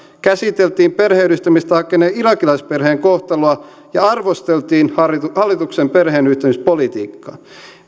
käsiteltiin perheenyhdistämistä hakeneen irakilaisperheen kohtaloa ja arvosteltiin hallituksen hallituksen perheenyhdistämispolitiikkaa